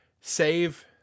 save